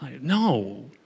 No